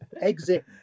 exit